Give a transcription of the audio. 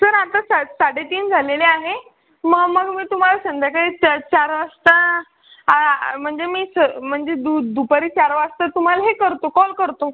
sir आता सा साडेतीन झालेले आहे मग मग मी तुम्हाला संध्याकाळी चा चार वाजता आ आ म्हणजे मी सर म्हणजे दु दुपारी चार वाजता तुम्हाला हे करतो कॉल करतो